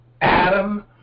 Adam